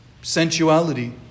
sensuality